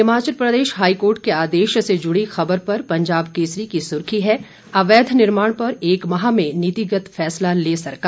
Himachal Pradesh high court के आदेश से जुड़ी ख़बर पर पंजाब केसरी की सुर्खी है अवैध निर्माण पर एक माह में नीतिगत फैसला ले सरकार